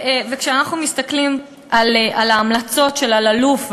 כשאנחנו מסתכלים על ההמלצות של אלאלוף,